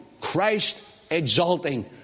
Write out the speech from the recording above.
Christ-exalting